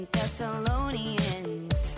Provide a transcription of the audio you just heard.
Thessalonians